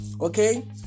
Okay